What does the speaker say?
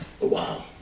Wow